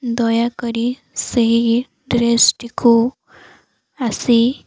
ଦୟାକରି ସେହି ଡ୍ରେସ୍ଟିକୁ ଆସି